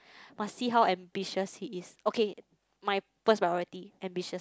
must see how ambitious he is okay my first priority ambitious